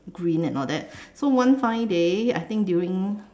green and all that so one fine day I think during